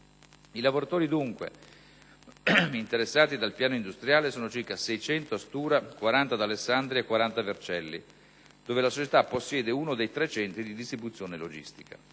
I lavoratori interessati dal piano industriale sono circa 600 a Stura, 40 ad Alessandria e 40 Vercelli, dove la società possiede uno dei tre centri di distribuzione logistica.